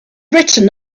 written